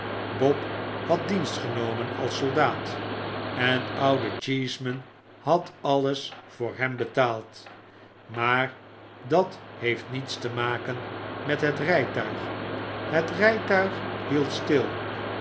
bob had dienst genomen als soldaat en oude cheeseman had alles voor hem betaald maar dat heeft niets te raaken met het rijtuig het rytuig hield stil